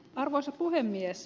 arvoisa puhemies